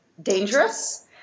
dangerous